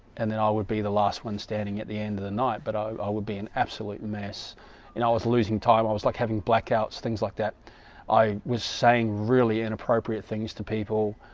and then i would be the last one standing at the end of the night but i, ah would be an absolute mess and i was losing time i was like having blackouts things like that i was saying really inappropriate things to people?